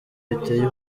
biteye